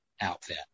outfit